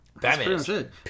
Batman